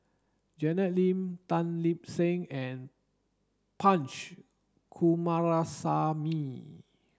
Janet Lim Tan Lip Seng and Punch Coomaraswamy